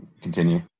continue